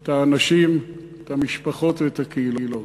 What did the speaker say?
את האנשים, את המשפחות ואת הקהילות.